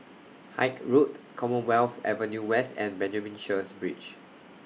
Haig Road Commonwealth Avenue West and Benjamin Sheares Bridge